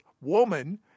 woman